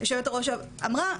שיושבת ראש הוועדה כבר אמרה,